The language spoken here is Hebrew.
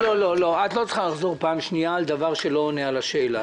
את לא צריכה לחזור פעם שנייה על דבר שלא עונה על השאלה.